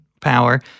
power